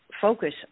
focus